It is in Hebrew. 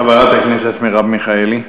חברת הכנסת מרב מיכאלי.